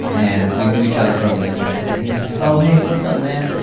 and we knew each other from the internet. and he was like, oh, hey, what's up man?